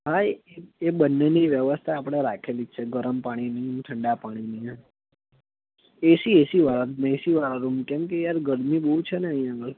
હા એ એ બંનેની વ્યવસ્થા આપણે રાખેલી જ છે ગરમ પાણીની ઠંડા પાણીની એસી એસીવાળા મેં એસીવાળા રૂમ કેમ કે યાર ગરમી બહુ છે અહીંયા આગળ